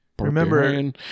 Remember